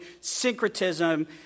syncretism